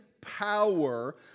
power